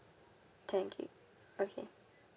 ten gig okay